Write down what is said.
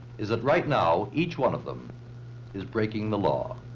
is that right now, each one of them is breaking the law.